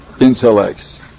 intellect